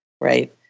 right